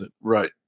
Right